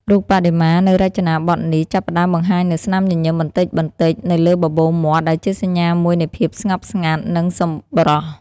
រូបបដិមានៅរចនាបថនេះចាប់ផ្ដើមបង្ហាញនូវ ស្នាមញញឹម បន្តិចៗនៅលើបបូរមាត់ ដែលជាសញ្ញាមួយនៃភាពស្ងប់ស្ងាត់ និងសប្បុរស។